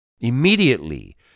Immediately